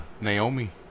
Naomi